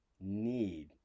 need